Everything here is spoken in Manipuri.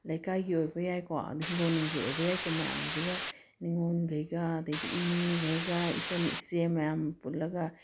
ꯂꯩꯀꯥꯏꯒꯤ ꯑꯣꯏꯕ ꯌꯥꯏꯀꯣ ꯑꯗꯩ ꯏꯪꯈꯣꯟꯅꯨꯡꯒꯤ ꯑꯣꯏꯕ ꯌꯥꯏꯀꯣ ꯃꯌꯥꯝꯁꯤꯒ ꯅꯤꯡꯉꯣꯟꯈꯩꯒ ꯑꯗꯩꯗꯤ ꯏꯅꯦꯈꯩꯒ ꯏꯆꯟ ꯏꯆꯦ ꯃꯌꯥꯝ ꯄꯨꯜꯂꯒ